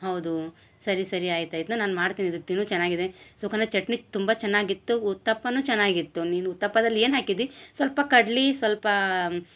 ಹೌದು ಸರಿ ಸರಿ ಆಯ್ತು ಆಯ್ತು ನಾನು ಮಾಡ್ತಿನಿ ಇದು ತಿನ್ನು ಚೆನ್ನಾಗಿದೆ ಸುಕನ್ಯ ಚಟ್ನಿ ತುಂಬ ಚೆನ್ನಾಗಿತ್ತು ಉತ್ತಪ್ಪನು ಚೆನ್ನಾಗಿತ್ತು ನೀನು ಉತ್ತಪ್ಪದಲ್ಲಿ ಏನು ಹಾಕಿದಿ ಸ್ವಲ್ಪ ಕಡ್ಲಿ ಸ್ವಲ್ಪ